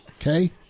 Okay